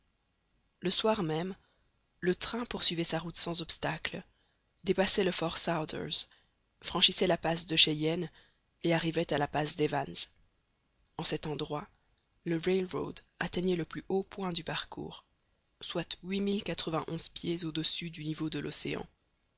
le soir même le train poursuivait sa route sans obstacles dépassait le fort sauders franchissait la passe de cheyenne et arrivait à la passe d'evans en cet endroit le rail road atteignait le plus haut point du parcours soit huit mille quatre vingt onze pieds au-dessus du niveau de l'océan